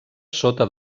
sota